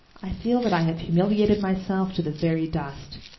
i feel that i have humiliated myself to the very dust.